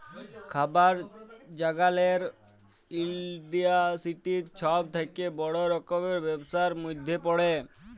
খাবার জাগালের ইলডাসটিরি ছব থ্যাকে বড় রকমের ব্যবসার ম্যধে পড়ে